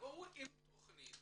תבואו עם תכנית